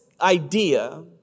idea